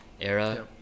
era